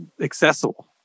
accessible